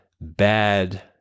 bad